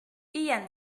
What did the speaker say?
iain